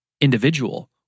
individual